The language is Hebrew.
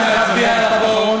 אנחנו נצביע על החוק,